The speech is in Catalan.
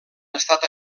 estat